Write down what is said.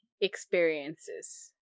experiences